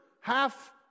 half